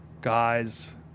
guys